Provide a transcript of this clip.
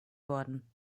worden